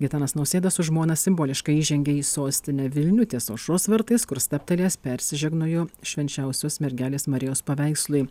gitanas nausėda su žmona simboliškai įžengė į sostinę vilnių ties aušros vartais kur stabtelėjęs persižegnojo švenčiausios mergelės marijos paveikslui